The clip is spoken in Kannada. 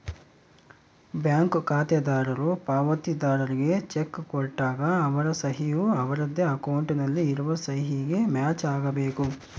ಬ್ಯಾಂಕ್ ಖಾತೆದಾರರು ಪಾವತಿದಾರ್ರಿಗೆ ಚೆಕ್ ಕೊಟ್ಟಾಗ ಅವರ ಸಹಿ ಯು ಅವರದ್ದೇ ಅಕೌಂಟ್ ನಲ್ಲಿ ಇರುವ ಸಹಿಗೆ ಮ್ಯಾಚ್ ಆಗಬೇಕು